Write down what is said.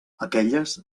aquelles